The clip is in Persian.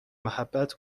محبت